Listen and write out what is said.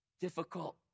difficult